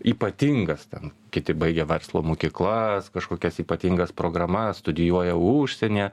ypatingas ten kiti baigia verslo mokyklas kažkokias ypatingas programas studijuoja užsienyje